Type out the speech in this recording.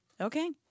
okay